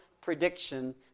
prediction